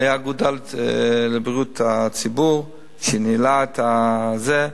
היתה אגודה לבריאות הציבור שניהלה את זה,